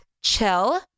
chill